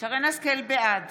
בעד